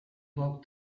walk